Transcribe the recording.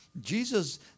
Jesus